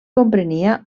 comprenia